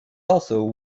also